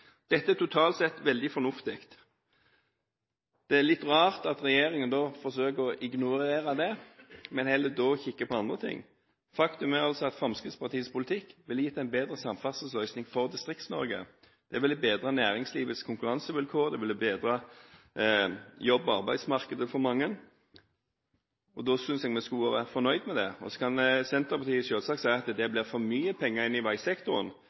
Dette er totalt sett veldig fornuftig. Det er litt rart at regjeringen da forsøker å ignorere dette, men heller kikker på andre ting. Faktum er at Fremskrittspartiets politikk ville gitt en bedre samferdselsløsning for Distrikts-Norge. Det ville bedret næringslivets konkurransevilkår, og det ville bedret jobb- og arbeidsmarkedet for mange. Da synes jeg vi skulle være fornøyd med det. Så kan Senterpartiet selvsagt si at det blir for mye penger inn i veisektoren.